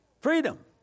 Freedom